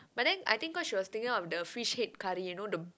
but then I think cause she was thinking of the fish head curry you know the big